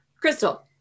Crystal